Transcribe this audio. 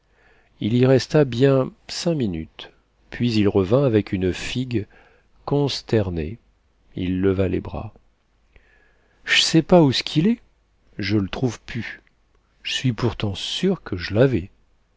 il y resta bien cinq minutes puis il revint avec une figure consternée il levait les bras j'sais pas oùs qu'il est je l'trouve pu j'suis pourtant sûr que je l'avais